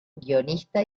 guionista